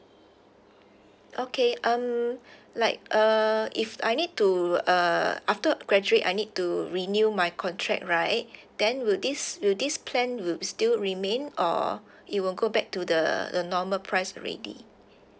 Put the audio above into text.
okay um like uh if I need to uh after graduate I need to renew my contract right then will this will this plan will still remain or it will go back to the the normal price already